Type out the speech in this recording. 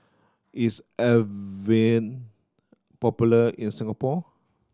is Avene popular in Singapore